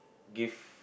gift